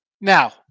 Now